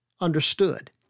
understood